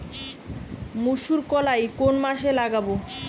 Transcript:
মুসুরকলাই কোন মাসে লাগাব?